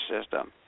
system